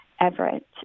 Everett